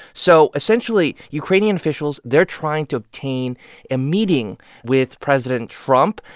so essentially, ukrainian officials they're trying to obtain a meeting with president trump,